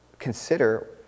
consider